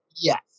Yes